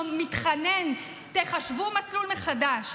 מתחנן: תחשבו מסלול מחדש.